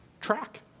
track